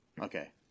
Okay